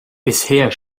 bisher